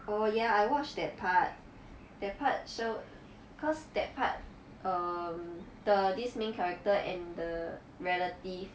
oh yeah I watched that part that part show cause that part um the this main character and the relative